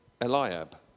Eliab